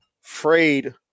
frayed